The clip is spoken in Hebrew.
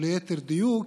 או ליתר דיוק,